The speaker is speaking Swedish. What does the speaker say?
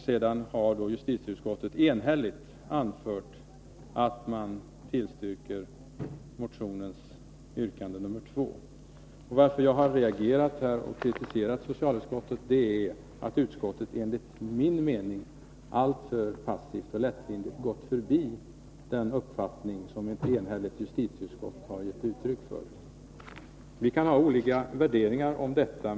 Sedan anför justitieutskottet att man enhälligt tillstyrker motionens yrkande nr 2. Anledningen till att jag har reagerat och kritiserat socialutskottet är att utskottet enligt min mening alltför passivt och lättvindigt gått förbi den uppfattning som ett enhälligt justitieutskott har gett uttryck för. Vi kan ha olika värderingar om detta.